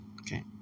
Okay